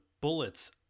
bullets